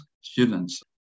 students